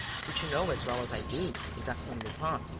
which you know as well as i do, is arsene lupin.